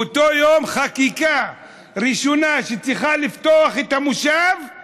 באותו יום חקיקה ראשונה שצריכה לפתוח את המושב היא